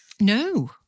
No